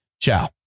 Ciao